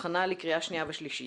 הכנה לקריאה שנייה ושלישית.